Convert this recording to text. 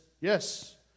yes